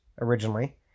originally